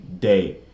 day